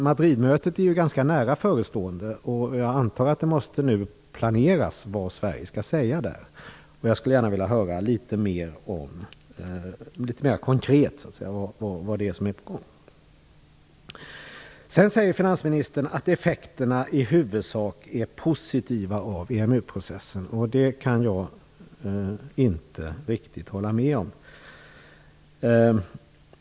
Madridmötet är ju ganska nära förestående. Jag antar att det nu måste planeras vad Sverige skall säga där. Jag skulle gärna vilja höra litet mer konkret vad det är som är på gång. Sedan säger finansministern att effekterna av EMU-processen i huvudsak är positiva, och det kan jag inte riktigt hålla med om.